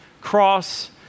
cross